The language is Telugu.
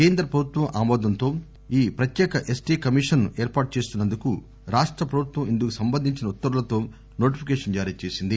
కేంద్ర ప్రభుత్వం ఆమోదంతో ఈ ప్రత్యేక ఎస్టీ కమిషన్ను ఏర్పాటు చేస్తున్న ందుకు రాష్ట ప్రభుత్వం ఇందుకు సంబంధించిన ఉత్తర్వులతో నోటిఫికేషన్ జారీ చేసింది